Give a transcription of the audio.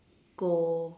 狗